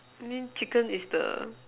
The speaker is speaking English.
I mean chicken is the